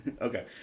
Okay